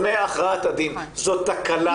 היום לנפגעי עבירה ממועד הגשת כתב האישום.